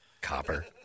Copper